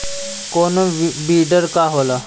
कोनो बिडर का होला?